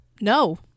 No